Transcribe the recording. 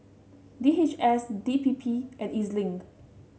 D H S D P P and E Z Link